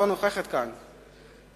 היא לא נוכחת כאן,